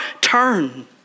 turn